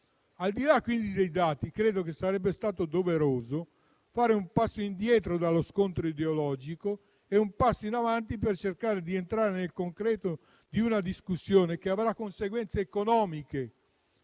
Al di là dei dati, quindi, credo che sarebbe stato doveroso fare un passo indietro dallo scontro ideologico e un passo in avanti per cercare di entrare nel concreto di una discussione che avrà conseguenze economiche,